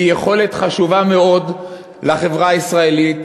היא יכולת חשובה מאוד לחברה הישראלית,